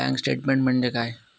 Bank statement म्हणजे काय?